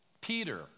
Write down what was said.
Peter